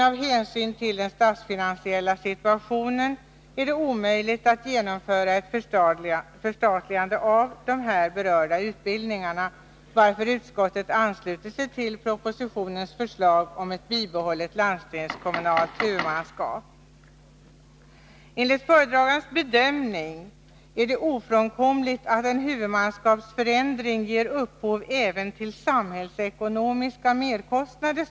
Av hänsyn till den statsfinansiella situationen är det emellertid enligt utskottet omöjligt att genomföra ett förstatligande av nämnda utbildningar, varför utskottet ansluter sig till propositionens förslag om ett bibehållet landstingskommunalt huvudmannaskap. Enligt föredragandens bedömning är det ofrånkomligt att en huvudmannaskapsförändring ger upphov även till samhällsekonomiska merkostnader.